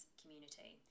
community